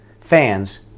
fans